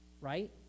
Right